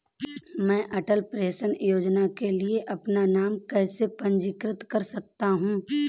मैं अटल पेंशन योजना के लिए अपना नाम कैसे पंजीकृत कर सकता हूं?